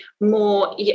more